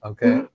Okay